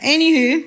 Anywho